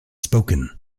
spoken